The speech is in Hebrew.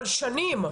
על שנים,